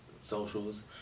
socials